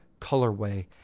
colorway